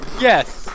Yes